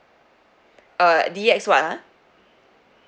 uh D X what ah